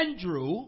Andrew